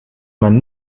man